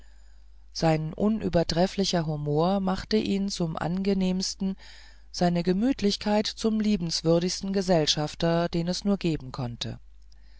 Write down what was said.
sein unübertrefflicher humor machte ihn zum angenehmsten seine gemütlichkeit zum liebenswürdigsten gesellschafter den es nur geben konnte